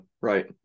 right